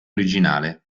originale